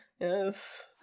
Yes